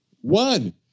One